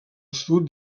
sud